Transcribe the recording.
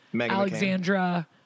Alexandra